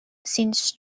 since